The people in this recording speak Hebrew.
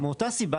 מאותה סיבה,